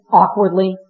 awkwardly